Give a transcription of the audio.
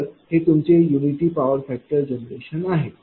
तर हे तुमचे युनिटी पॉवर फॅक्टर जनरेशन आहे